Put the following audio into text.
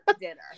dinner